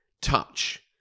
touch